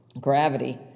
gravity